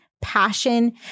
passion